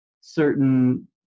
certain